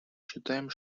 считаем